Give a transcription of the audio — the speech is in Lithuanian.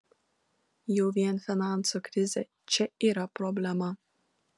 jau vien finansų krizė čia yra problema